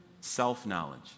self-knowledge